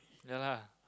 ya lah